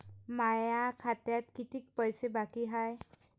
माया खात्यात कितीक पैसे बाकी हाय?